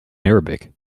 arabic